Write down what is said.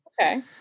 Okay